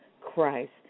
Christ